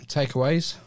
takeaways